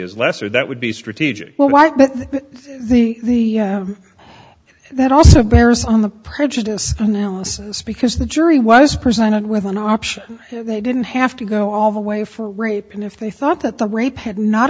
is lesser that would be strategic well while the that also bears on the prejudice analysis because the jury was presented with one option they didn't have to go all the way for a rape and if they thought that the rape had not